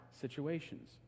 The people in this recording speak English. situations